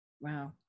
Wow